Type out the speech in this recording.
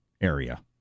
area